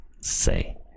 say